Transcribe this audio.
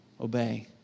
obey